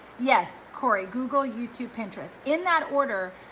yes, corey, google, youtube, pinterest. in that order,